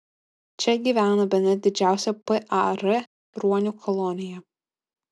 čia gyvena bene didžiausia par ruonių kolonija